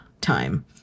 time